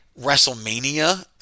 WrestleMania